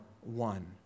one